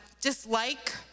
dislike